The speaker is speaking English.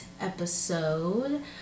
episode